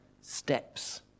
steps